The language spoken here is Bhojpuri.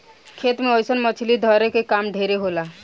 खेत मे अइसन मछली धरे के काम ढेर होला